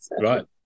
Right